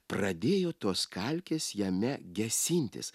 pradėjo tos kalkės jame gesintis